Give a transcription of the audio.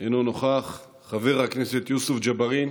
אינו נוכח, חבר הכנסת יוסף ג'בארין,